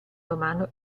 romano